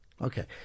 Okay